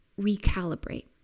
recalibrate